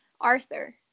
Arthur